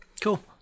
cool